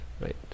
Right